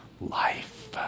life